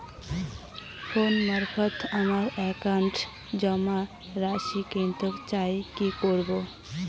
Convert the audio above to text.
Phone মারফত আমার একাউন্টে জমা রাশি কান্তে চাই কি করবো?